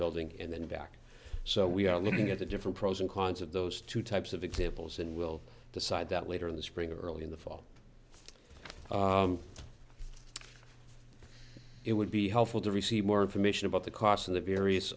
building and then back so we are looking at the different pros and cons of those two types of examples and we'll decide that later in the spring or early in the fall it would be helpful to receive more information about the cost of the various